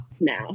now